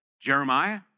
Jeremiah